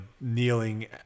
kneeling